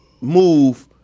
move –